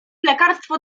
lekarstwo